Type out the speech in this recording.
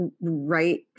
right